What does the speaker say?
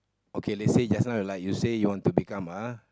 okay they say just now like you say you want to become a